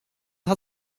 hat